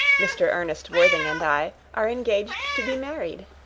mr. ernest worthing and i are engaged to be married.